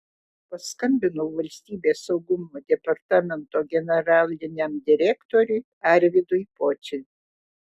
paskambinau valstybės saugumo departamento generaliniam direktoriui arvydui pociui